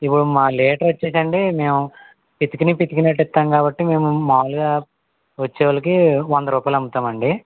ఇప్పుడు మాకు లీటరు వచ్చేసి అండి మేము పితికినవి పితికినట్టు ఇస్తాము కాబట్టి మేము మామూలుగా వచ్చేవాళ్ళకి వంద రూపాయలు అమ్ముతాము అండి